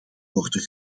worden